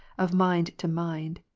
of mind to mind,